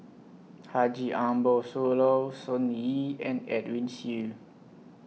Haji Ambo Sooloh Sun Yee and Edwin Siew